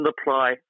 apply